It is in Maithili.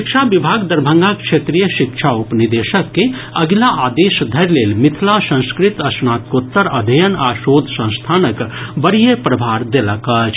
शिक्षा विभाग दरभंगाक क्षेत्रीय शिक्षा उप निदेशक के अगिला आदेश धरि लेल मिथिला संस्कृत स्नातकोत्तर अध्ययन आ शोध संस्थानक वरीय प्रभार देलक अछि